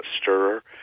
stirrer